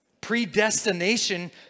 Predestination